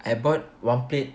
I bought one plate